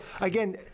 again